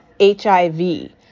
HIV